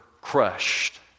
crushed